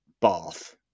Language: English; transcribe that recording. Bath